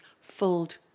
filled